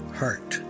heart